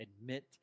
admit